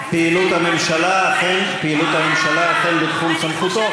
פעילות הממשלה אכן בתחום סמכותו,